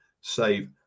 save